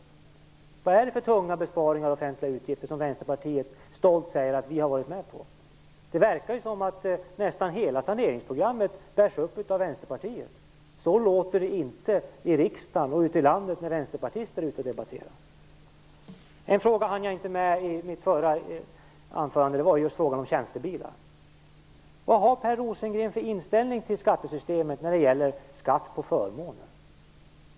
Vilka tunga besparingar i offentliga utgifter säger sig Vänsterpartiet stolt ha varit med på? Det verkar ju som att nästan hela saneringsprogrammet bärs upp av Vänsterpartiet. Så låter det inte i riksdagen och ute i landet när vänsterpartister debatterar. Jag hann inte ta upp frågan om tjänstebilar i mitt förra anförande. Vad har Per Rosengren för inställning till skattesystemet när det gäller skatt på förmåner?